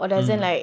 mm